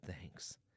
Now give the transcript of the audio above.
thanks